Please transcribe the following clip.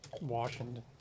Washington